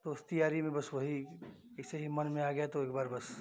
दोस्ती यारी में बस वही ऐसे ही मन में आ गया तो एक बार बस